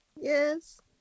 Yes